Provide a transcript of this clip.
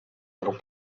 little